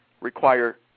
require